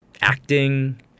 acting